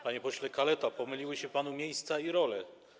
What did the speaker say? Panie pośle Kaleta, pomyliły się panu miejsca i role.